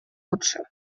лучше